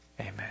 Amen